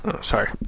Sorry